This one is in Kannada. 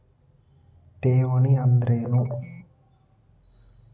ಠೇವಣಿ ಅಂದ್ರೇನು?